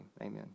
Amen